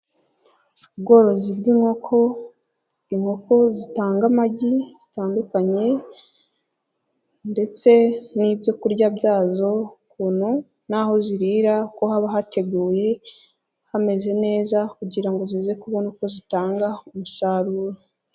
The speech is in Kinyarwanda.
Ubworozi bw’inkoko, inkoko zitanga amagi zitandukanye ndetse n'ibyokurya byazo ukuntu n'aho zirira uko haba hateguye hameze neza kugira ngo zize kubona uko zitanga umusaruro.